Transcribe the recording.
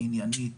עניינית,